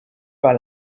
par